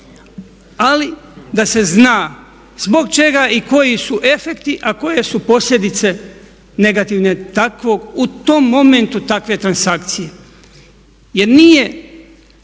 Ali da se zna zbog čega i koji su efekti, a koje su posljedice negativne, takvog, u tom momentu takve transakcije. Jer nije,